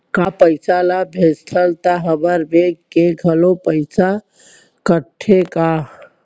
का पइसा ला भेजथन त हमर बैंक ले घलो पइसा कटथे का?